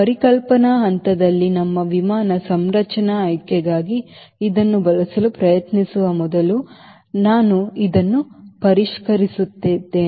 ಪರಿಕಲ್ಪನಾ ಹಂತದಲ್ಲಿ ನಮ್ಮ ವಿಮಾನ ಸಂರಚನಾ ಆಯ್ಕೆಗಾಗಿ ಇದನ್ನು ಬಳಸಲು ಪ್ರಯತ್ನಿಸುವ ಮೊದಲು ನಾವು ಇದನ್ನು ಪರಿಷ್ಕರಿಸುತ್ತಿದ್ದೇವೆ